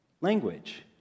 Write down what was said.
language